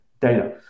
data